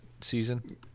season